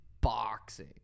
Boxing